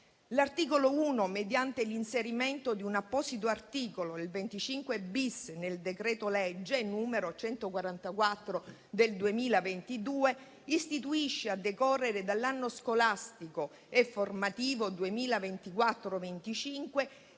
L'articolo 1, mediante l'inserimento di un apposito articolo, il 25-*bis*, nel decreto-legge n. 144 del 2022, istituisce, a decorrere dall'anno scolastico e formativo 2024-2025,